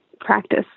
practice